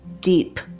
deep